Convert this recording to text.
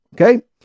Okay